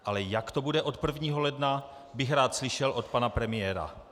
Ale jak to bude od 1. ledna, bych rád slyšel od pana premiéra.